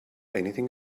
anything